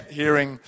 hearing